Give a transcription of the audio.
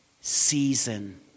season